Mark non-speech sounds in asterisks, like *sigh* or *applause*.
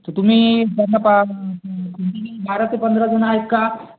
तर तुम्ही *unintelligible* बारा ते पंधरा जण आहेत का